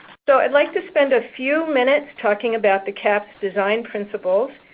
so, i'd like to spend a few minutes talking about the cahps design principles.